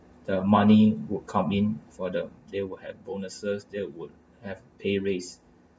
the money would come in for the they will have bonuses they would have pay raise